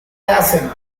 hacen